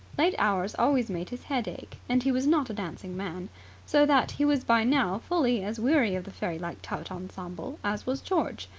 late hours always made his head ache, and he was not a dancing man so that he was by now fully as weary of the fairylike tout ensemble as was george.